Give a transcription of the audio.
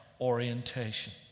orientation